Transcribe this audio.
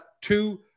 two